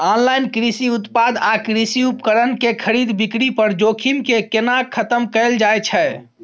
Online कृषि उत्पाद आ कृषि उपकरण के खरीद बिक्री पर जोखिम के केना खतम कैल जाए छै?